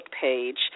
page